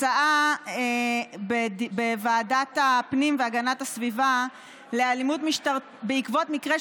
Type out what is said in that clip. הצעה בוועדת הפנים והגנת הסביבה בעקבות מקרה